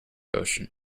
ocean